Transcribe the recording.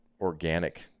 organic